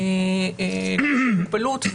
מוגבלות,